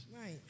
Right